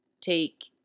take